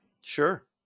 Sure